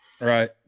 Right